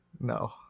no